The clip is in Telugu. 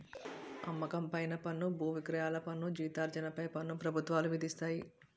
అమ్మకం పైన పన్ను బువిక్రయాల పన్ను జీతార్జన పై పన్ను ప్రభుత్వాలు విధిస్తాయి